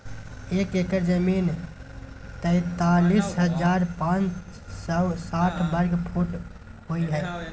एक एकड़ जमीन तैंतालीस हजार पांच सौ साठ वर्ग फुट होय हय